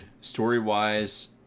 story-wise